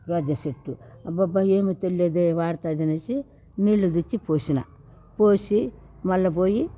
రోజాచెట్టు అబ్బబ్బ ఏం తెలీదే వాడుతుందనేసి నీళ్ళు తెచ్చి పోసిన పోసి మళ్ళ పోయి